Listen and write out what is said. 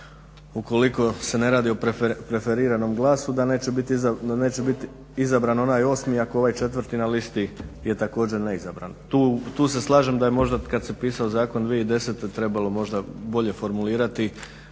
ukoliko se ne radi o preferiranom glasu da neće biti izabran onaj osmi ako ovaj četvrti na listi je također neizabran. Tu se slažem da je možda kad se pisao zakon 2010. trebalo možda bolje formulirati,